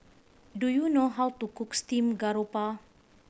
do you know how to cook steamed garoupa